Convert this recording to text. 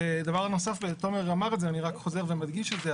דבר נוסף שתומר אמר אני רק חוזר ומדגיש את זה.